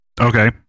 Okay